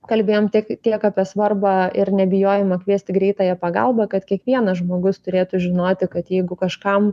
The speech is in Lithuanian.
kalbėjom tiek tiek apie svarbą ir nebijojimą kviesti greitąją pagalbą kad kiekvienas žmogus turėtų žinoti kad jeigu kažkam